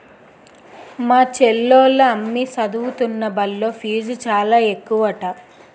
మా చెల్లోల అమ్మి సదువుతున్న బల్లో ఫీజు చాలా ఎక్కువట